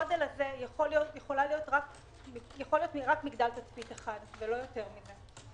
בגודל הזה יכול להיות רק מגדל תצפית אחד ולא יותר מזה.